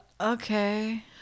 Okay